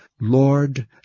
Lord